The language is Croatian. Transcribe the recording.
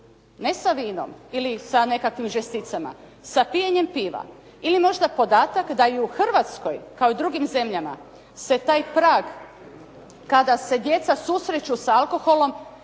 ne sa vinom ili sa nekakvim žesticama, sa pijenjem piva. Ili možda podatak da i u Hrvatskoj kao i drugim zemljama se taj prag kada se djeca susreću s alkoholom